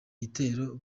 gitero